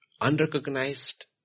unrecognized